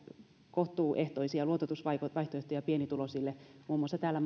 kohtuuehtoisia luototusvaihtoehtoja pienituloisille muun muassa täällä